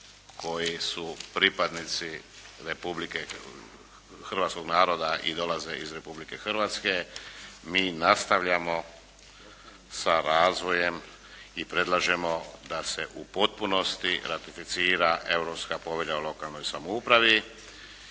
koji su pripadnici republike, hrvatskog naroada i dolaze iz Republike Hrvatske, mi nastavljamo sa razvojem i predlažemo da se u potpunosti ratificira Europska povelja o lokalnoj samoupravi.